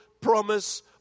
promise